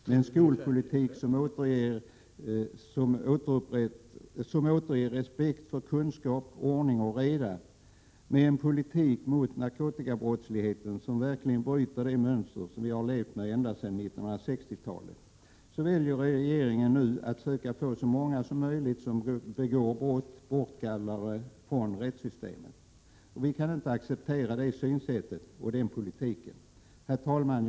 med en skolpolitik som återställer respekten för kunskap, ordning och reda, med en politik mot narkotikabrottslighet som verkligen bryter det mönster som vi har levt med ända sedan 1960-talet, väljer regeringen nu att söka få så många som möjligt som begår brott bortgallrade från rättssystemet. Vi kan inte acceptera det synsättet och den politiken. Herr talman!